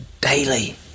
daily